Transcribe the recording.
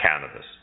Cannabis